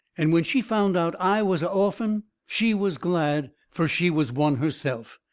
and when she found out i was a orphan she was glad, fur she was one herself.